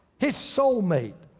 his soulmate,